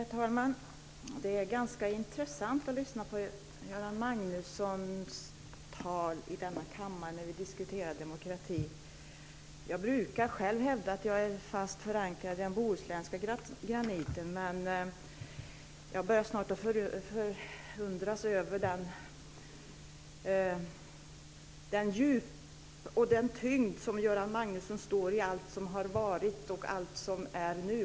Herr talman! Det är ganska intressant att lyssna på Göran Magnussons tal i den här kammaren när vi diskuterar demokrati. Jag brukar själv hävda att jag är fast förankrad i den bohusländska graniten. Men jag förundras över det djup och den tyngd med vilken Göran Magnusson står i allt som har varit och allt som är nu.